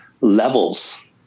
levels